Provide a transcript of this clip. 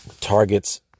targets